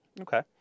Okay